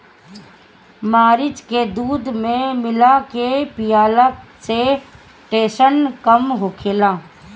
मरीच के दूध में मिला के पियला से टेंसन कम होखेला